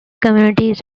communities